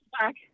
back